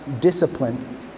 discipline